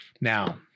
Now